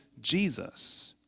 Jesus